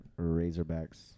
Razorbacks